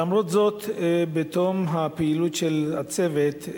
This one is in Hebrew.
למרות זאת, בתום פעילות הצוות,